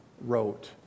wrote